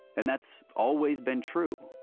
and that's always been true